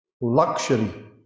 luxury